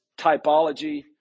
typology